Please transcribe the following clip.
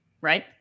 Right